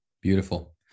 Beautiful